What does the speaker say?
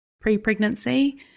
pre-pregnancy